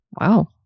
wow